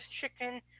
chicken